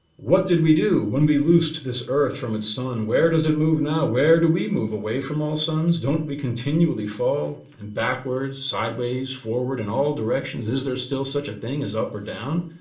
what did we do when we loosed this earth from its sun? where does it move now? where do we move? away from all suns? don't we continually fall and backwards, sideways, forward and all directions? is there still such a thing as up or down?